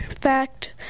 fact